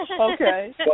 okay